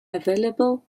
available